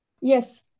Yes